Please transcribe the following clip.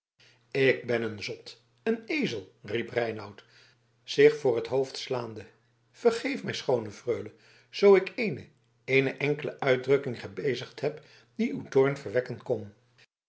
ik ben een zot een ezel riep reinout zich voor het hoofd slaande vergeef mij schoone freule zoo ik eene eene enkele uitdrukking gebezigd heb die uw toorn verwekken kon